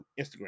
Instagram